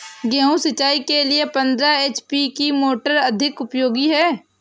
गेहूँ सिंचाई के लिए पंद्रह एच.पी की मोटर अधिक उपयोगी है?